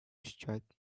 strike